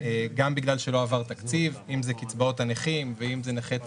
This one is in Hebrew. גם בגלל שלא עבר תקציב אם זה קצבאות הנכים ואם זה נכי צה"ל,